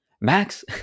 max